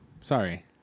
sorry